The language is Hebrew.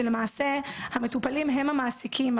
שלמעשה המטופלים הם המעסיקים,